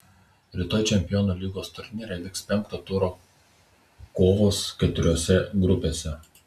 rytoj čempionų lygos turnyre vyks penkto turo kovos keturiose grupėse